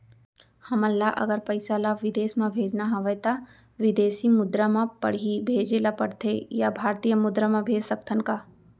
हमन ला अगर पइसा ला विदेश म भेजना हवय त विदेशी मुद्रा म पड़ही भेजे ला पड़थे या भारतीय मुद्रा भेज सकथन का?